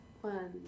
one